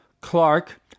Clark